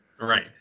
Right